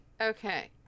Okay